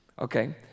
okay